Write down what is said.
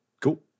Cool